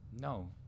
No